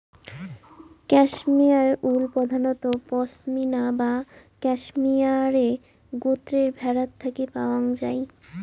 cashmere wool প্রধানত পসমিনা বা ক্যাশমেয়ারে গোত্রের ভ্যাড়াত থাকি পাওয়াং যাই